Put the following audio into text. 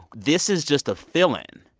this is just a fill-in.